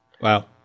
Wow